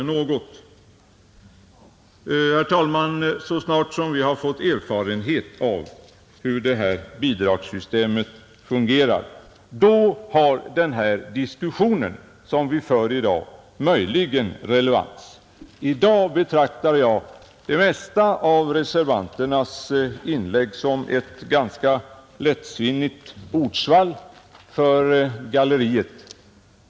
Herr talman! Så snart vi fått erfarenhet av hur detta bidragssystem fungerar har den diskussion som förts i dag möjligen relevans. I dag betraktar jag det mesta av reservanternas inlägg som ett ganska lättsinnigt ordsvall för galleriet.